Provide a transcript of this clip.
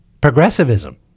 progressivism